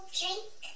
drink